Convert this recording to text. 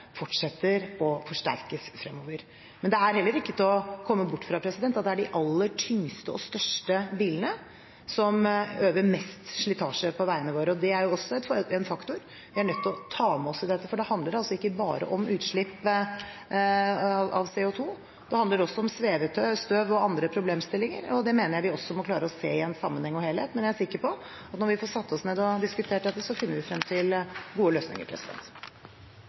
fortsetter og forsterkes fremover. Men det er heller ikke til å komme bort fra at det er de aller tyngste og største bilene som øver mest slitasje på veiene våre, og det er også en faktor vi er nødt til å ta med oss i dette, for det handler ikke bare om utslipp av CO2. Det handler også om svevestøv og andre problemstillinger, og det mener jeg vi må klare å se i en sammenheng og helhet. Men jeg er sikker på at når vi får satt oss ned og diskutert dette, finner vi frem til gode løsninger.